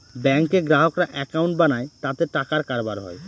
ব্যাঙ্কে গ্রাহকরা একাউন্ট বানায় তাতে টাকার কারবার হয়